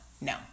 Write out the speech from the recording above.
no